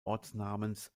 ortsnamens